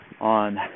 on